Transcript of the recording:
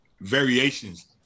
variations